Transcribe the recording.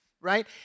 right